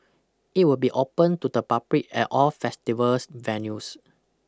it will be open to the public at all festivals venues